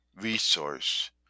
resource